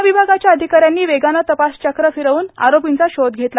वनविभागाच्या अधिकाऱ्यांनी वेगाने तपासचक्रे फिरवून आरोपींचा शोध घेतला